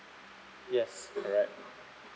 yes correct